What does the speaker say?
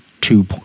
two